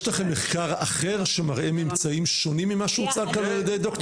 יש לכם מחקר אחר שמראה ממצאים שונים ממה שהוצג כאן על ידי ד"ר מורגן?